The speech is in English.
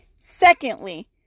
secondly